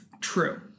True